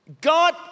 God